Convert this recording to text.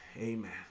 Amen